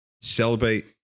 celebrate